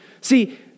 See